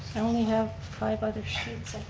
i only have five other sheets